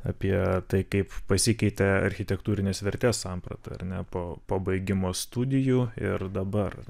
apie tai kaip pasikeitė architektūrinės vertės samprata ar ne po po baigimo studijų ir dabar